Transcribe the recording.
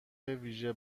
ویژه